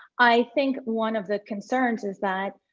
i think one of the concerns is that,